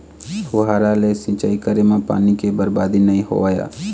फुहारा ले सिंचई करे म पानी के बरबादी नइ होवय